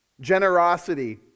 generosity